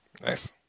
Nice